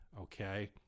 Okay